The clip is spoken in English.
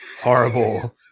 horrible